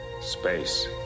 Space